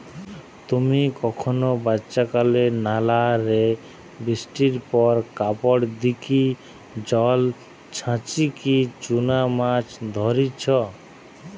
তুমি কখনো বাচ্চাকালে নালা রে বৃষ্টির পর কাপড় দিকি জল ছাচিকি চুনা মাছ ধরিচ?